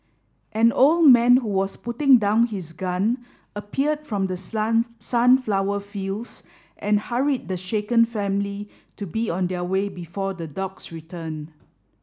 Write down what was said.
an old man who was putting down his gun appeared from the sun sunflower fields and hurried the shaken family to be on their way before the dogs return